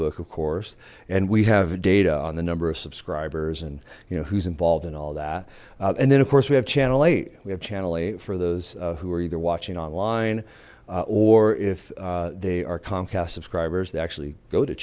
facebook of course and we have data on the number of subscribers and you know who's involved in all that and then of course we have channel eight we have channel eight for those who are either watching online or if they are comcast subscribers they actually